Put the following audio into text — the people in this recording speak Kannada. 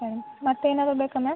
ಸರಿ ಮತ್ತೆ ಏನಾದ್ರು ಬೇಕ ಮ್ಯಾಮ್